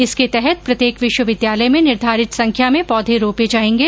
इसके तहत प्रत्येक विश्वविद्यालय में निर्धारित संख्या में पौधे रोपे जायेंगे